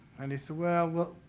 and he said, well,